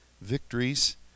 victories